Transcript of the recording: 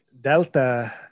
Delta